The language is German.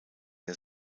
der